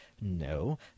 No